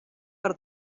per